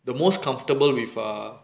the most comfortable with err